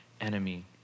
enemy